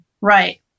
Right